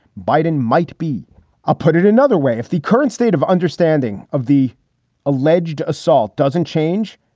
biden might be a put it another way. if the current state of understanding of the alleged assault doesn't change,